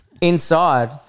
inside